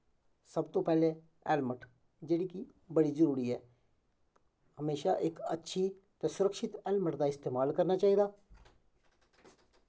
सब तो पैह्लें हैलमट जेह्ड़ी कि बड़ी जरूरी ऐ हमेशा इक अच्छी ते सुरक्षित हैलमट दा इस्तमात करना चाहिदा